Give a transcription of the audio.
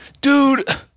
dude